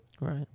Right